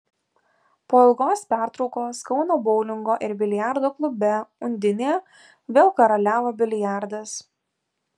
po ilgos pertraukos kauno boulingo ir biliardo klube undinė vėl karaliavo biliardas